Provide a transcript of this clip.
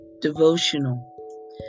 devotional